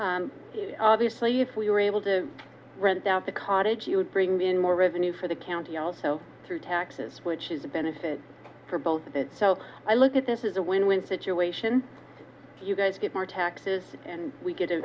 obviously if we were able to read out the cottage you would bring in more revenue for the county also through taxes which is a benefit for both so i look at this is a win win situation you guys get more taxes and we get